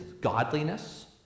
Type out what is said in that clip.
godliness